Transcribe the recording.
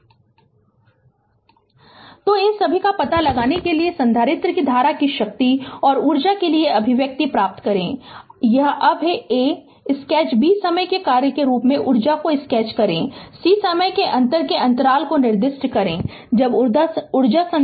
Refer slide time 3149 तो इन सभी का पता लगाने के लिए संधारित्र की धारा कि शक्ति और ऊर्जा के लिए अभिव्यक्ति प्राप्त करें यह अब है a स्केच b समय के कार्य के रूप में ऊर्जा को स्केच करें c समय के अंतर के अंतराल को निर्दिष्ट करें जब ऊर्जा संधारित्र में संग्रहीत की जा रही हो